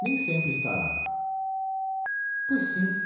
nem sempre estará pois sim